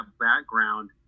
background